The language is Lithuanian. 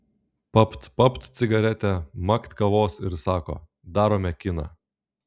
papt papt cigaretę makt kavos ir sako darome kiną